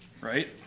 Right